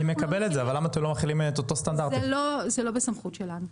זה לא בסמכות שלנו.